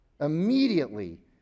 immediately